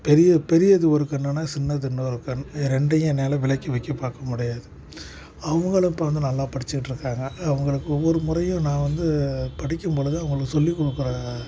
பெரிய பெரியது ஒரு கண்ணுனால் சின்னது இன்னொரு கண் இது ரெண்டையும் என்னால் விளக்கி வைக்க பார்க்க முடியாது அவங்களும் இப்போ வந்து நல்லா படிச்சுட்டு இருக்காங்க அவங்களுக்கு ஒவ்வொரு முறையும் நான் வந்து படிக்கும் பொழுது அவங்களுக்கு சொல்லிக் கொடுக்குற